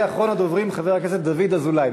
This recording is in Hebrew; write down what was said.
ואחרון הדוברים, חבר הכנסת דוד אזולאי,